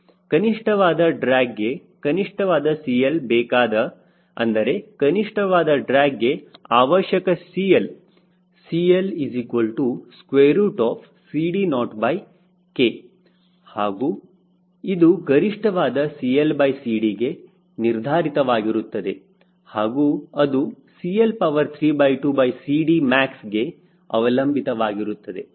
ಕನಿಷ್ಠವಾದ ಡ್ರ್ಯಾಗ್ಗೆ ಕನಿಷ್ಠವಾದ CL ಬೇಕಾದ ಎಂದರೆ ಕನಿಷ್ಠವಾದ ಡ್ರ್ಯಾಗ್ಗೆ ಅವಶ್ಯಕ CL CLCD0K ಹಾಗೂ ಇದು ಗರಿಷ್ಠ ವಾದ CLCDಗೆ ನಿರ್ಧಾರಿತವಾಗಿರುತ್ತದೆ ಹಾಗೂ ಅದು maxಗೆ ಅವಲಂಬಿತವಾಗಿರುತ್ತದೆ